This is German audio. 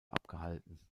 abgehalten